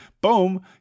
boom